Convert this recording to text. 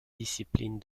discipline